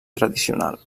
tradicional